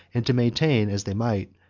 and to maintain as they might,